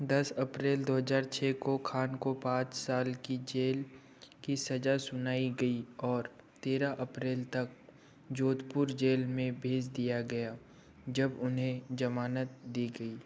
दस अप्रैल दो हज़ार छः को ख़ान को पाँच साल की जेल की सज़ा सुनाई गई और तेरह अप्रैल तक जोधपुर जेल में भेज दिया गया जब उन्हें ज़मानत दी गई